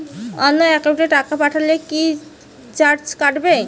অন্য একাউন্টে টাকা পাঠালে কি চার্জ কাটবে?